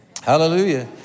Hallelujah